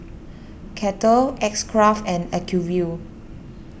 Kettle X Craft and Acuvue